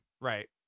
Right